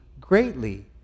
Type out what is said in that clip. greatly